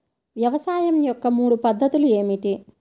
వ్యవసాయం యొక్క మూడు పద్ధతులు ఏమిటి?